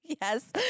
Yes